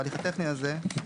בהליך הטכני הזה.